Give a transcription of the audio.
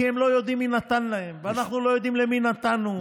כי הם לא יודעים מי נתן להם ואנחנו לא יודעים למי נתנו.